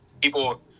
People